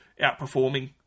outperforming